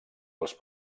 els